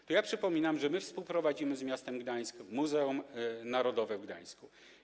Wobec tego przypominam, że my współprowadzimy z miastem Gdańsk Muzeum Narodowe w Gdańsku.